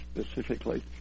specifically